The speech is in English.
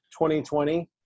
2020